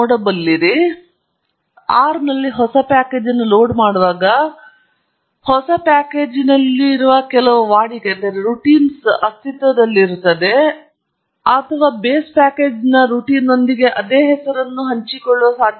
ಈಗ ನಾನು R ನಲ್ಲಿ ಹೊಸ ಪ್ಯಾಕೇಜ್ ಅನ್ನು ಲೋಡ್ ಮಾಡುವಾಗ ಹೊಸ ಪ್ಯಾಕೇಜಿನಲ್ಲಿ ಕೆಲವು ವಾಡಿಕೆಯು ಅಸ್ತಿತ್ವದಲ್ಲಿರುವ ಅಥವಾ ಬೇಸ್ ಪ್ಯಾಕೇಜ್ನ ವಾಡಿಕೆಯೊಂದಿಗೆ ಅದೇ ಹೆಸರನ್ನು ಹಂಚಿಕೊಳ್ಳುವ ಸಾಧ್ಯತೆಯಿದೆ